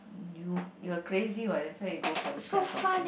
new you're crazy what that's why you go for this kind of concerts